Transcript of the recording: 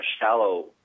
shallow